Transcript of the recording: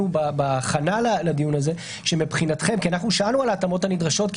בהכנה לדיון הזה אחרי ששאלנו על ההתאמות הנדרשות מבחינתכם,